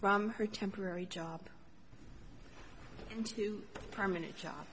from her temporary job into a permanent job